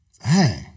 Hey